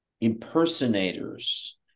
impersonators